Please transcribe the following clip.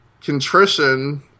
contrition